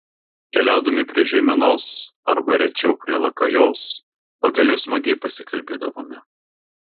keliaudami prie žeimenos arba rečiau prie lakajos pakeliui smagiai pasikalbėdavome